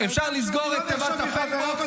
אפשר לסגור את תיבת הפייבוקס,